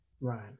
Right